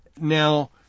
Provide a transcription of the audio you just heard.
Now